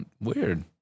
Weird